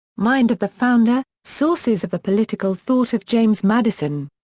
mind of the founder sources of the political thought of james madison.